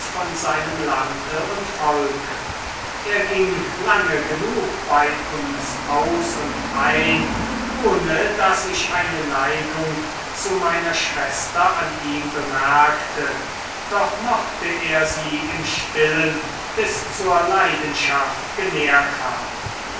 von seinem lande und volke er ging lange genug bei uns aus und ein ohne daß ich eine neigung zu meiner schwester an ihm bemerkte doch mochte er sie im stillen bis zur leidenschaft genährt haben